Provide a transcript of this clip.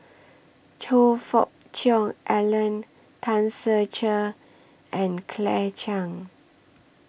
Choe Fook Cheong Alan Tan Ser Cher and Claire Chiang